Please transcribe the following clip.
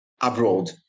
abroad